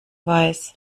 weiß